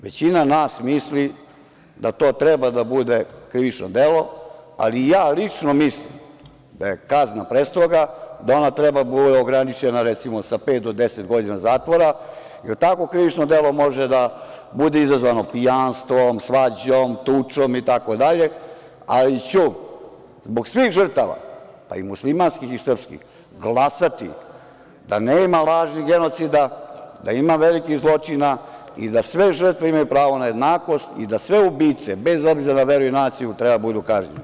Većina nas misli da to treba da bude krivično delo, ali ja lično mislim da je kazna prestroga, da ona treba da bude ograničena, recimo sa pet do deset godina zatvora, jer takvo krivično delo može da bude izazvano pijanstvom, svađom, tučom itd, ali ću zbog svih žrtava, pa i muslimanskih i srpskih, glasati da nema lažnih genocida, da ima velikih zločina i da sve žrtve imaju pravo na jednakost i da sve ubice, bez obzira na veru i naciju, treba da budu kažnjeni.